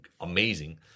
amazing